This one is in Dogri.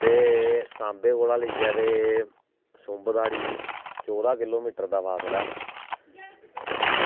ते सांबे कोला लेइयै ते सुंब धोड़ी चौदां किलोमीटर दा फासला ऐ